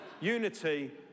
unity